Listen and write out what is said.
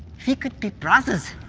we could be brothers,